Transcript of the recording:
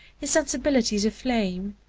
his sensibilities aflame,